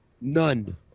None